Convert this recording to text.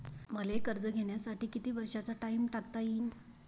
मले कर्ज घ्यासाठी कितीक वर्षाचा टाइम टाकता येईन?